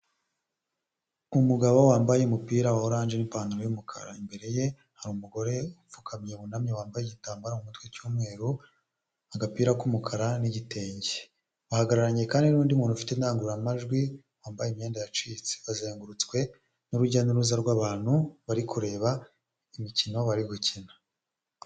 Umugabo wambaye umupira wa orange n'ipantaro y'umukara imbere ye hari umugore upfukamye wunamye wambaye igitambaro mu mutwe cy'umweru agapira k'umukara n'igitenge, bahagararanye kandi n'undi muntu ufite indangururamajwi wambaye imyenda yacitse bazengurutswe n'urujya n'uruza rw'abantu bari kureba imikino bari gukina.